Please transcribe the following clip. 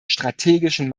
strategischen